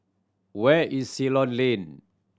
where is Ceylon Lane